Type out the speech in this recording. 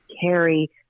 carry